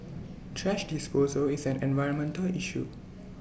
thrash disposal is an environmental issue